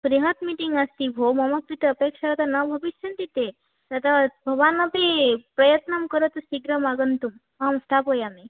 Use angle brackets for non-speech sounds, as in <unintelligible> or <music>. बृहत् मिटिङ्ग् अस्ति भोः मम कृते अपेक्षा <unintelligible> न भविष्यन्ति ते तदा भवानपि प्रयत्नं करोतु शीघ्रम् आगन्तुम् अहं स्थापयामि